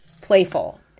playful